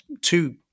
two